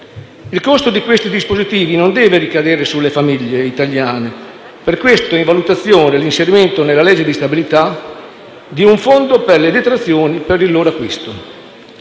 Il costo di questi dispositivi non deve ricadere sulle famiglie italiane: per questo è in valutazione l'inserimento, nella legge di stabilità, di un fondo per le detrazioni per il loro acquisto.